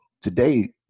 today